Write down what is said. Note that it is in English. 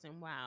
Wow